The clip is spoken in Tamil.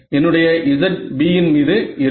என்னுடைய z B இன் மீது இருக்கும்